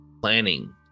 planning